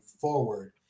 forward